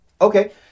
Okay